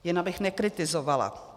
Jen abych nekritizovala.